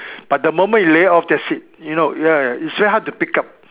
but the moment you lay off that's it you know ya it's very hard to pick up